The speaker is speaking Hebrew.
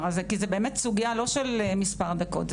הזה כי זו באמת סוגיה לא של מספר דקות,